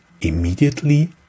immediately